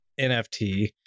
NFT